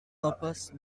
impasse